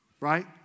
right